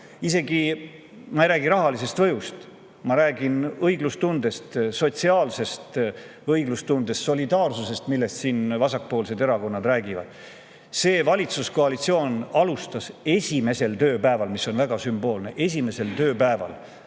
ei räägi isegi rahalisest mõjust, vaid õiglustundest, sotsiaalsest õiglustundest, solidaarsusest, millest siin vasakpoolsed erakonnad räägivad. See valitsuskoalitsioon alustas oma esimesel tööpäeval – see on väga sümboolne: esimesel tööpäeval